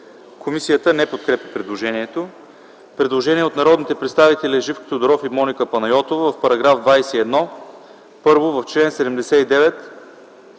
Комисията не подкрепя предложението. Предложение от народните представители Живко Тодоров и Моника Панайотова – в § 21: 1. В чл. 79